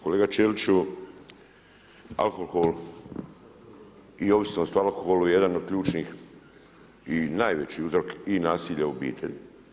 Kolega Ćeliću, alkohol i ovisnost o alkoholu je jedan od ključnih i najveći uzrok i nasilja u obitelji.